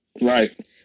Right